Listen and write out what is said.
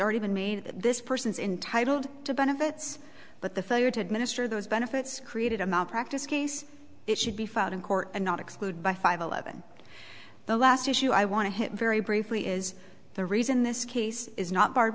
already been made that this person is intitled to benefits but the failure to administer those benefits created a malpractise case it should be fought in court and not exclude by five eleven the last issue i want to hit very briefly is the reason this case is not b